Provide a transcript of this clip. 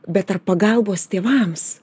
bet ar pagalbos tėvams